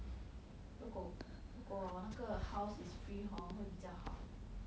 如果如果那个 house is free hor 会比较好